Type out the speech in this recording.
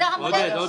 עודד,